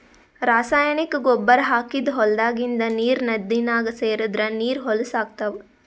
ರಾಸಾಯನಿಕ್ ಗೊಬ್ಬರ್ ಹಾಕಿದ್ದ್ ಹೊಲದಾಗಿಂದ್ ನೀರ್ ನದಿನಾಗ್ ಸೇರದ್ರ್ ನೀರ್ ಹೊಲಸ್ ಆಗ್ತಾವ್